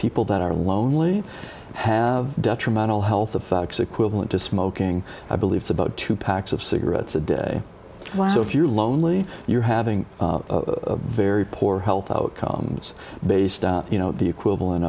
people that are lonely have detrimental health effects equivalent to smoking i believe about two packs of cigarettes a day one so if you're lonely you're having a very poor health outcomes based on you know the equivalent